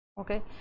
Okay